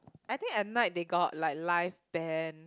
I think at night they got like live band